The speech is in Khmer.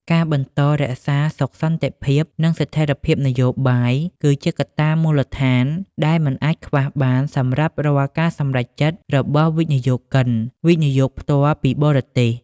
ការបន្តរក្សាសុខសន្តិភាព និងស្ថិរភាពនយោបាយ គឺជាកត្តាមូលដ្ឋានដែលមិនអាចខ្វះបានសម្រាប់រាល់ការសម្រេចចិត្តរបស់វិនិយោគិន វិនិយោគផ្ទាល់ពីបរទេស។